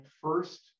first